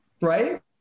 right